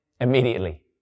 immediately